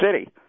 city